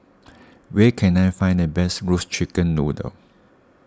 where can I find the best Roasted Chicken Noodle